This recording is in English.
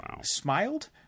smiled